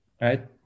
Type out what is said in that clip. Right